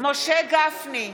משה גפני,